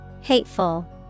Hateful